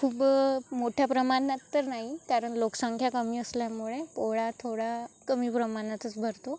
खूप मोठ्या प्रमाणात तर नाही कारण लोकसंख्या कमी असल्यामुळे पोळा थोडा कमी प्रमाणातच भरतो